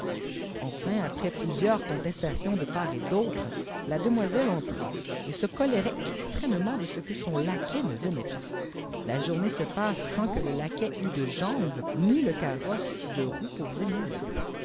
enfin après plusieurs contestations de part et d'autre la demoiselle entra et se colérait extrêmement de ce que son laquais ne venait pas la journée se passe sans que le laquais eût de jambes ni le carrosse de roues pour venir